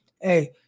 Hey